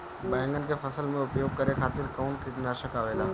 बैंगन के फसल में उपयोग करे खातिर कउन कीटनाशक आवेला?